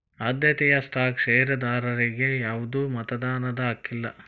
ಆದ್ಯತೆಯ ಸ್ಟಾಕ್ ಷೇರದಾರರಿಗಿ ಯಾವ್ದು ಮತದಾನದ ಹಕ್ಕಿಲ್ಲ